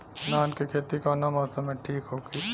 धान के खेती कौना मौसम में ठीक होकी?